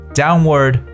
downward